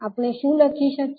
આપણે શું લખી શકીએ